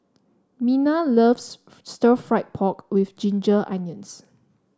Minna loves stir fry pork with Ginger Onions